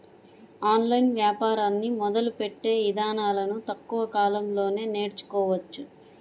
online వ్యాపారాన్ని మొదలుపెట్టే ఇదానాలను తక్కువ కాలంలోనే నేర్చుకోవచ్చు